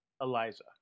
Eliza